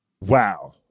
wow